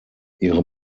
ihre